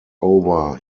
over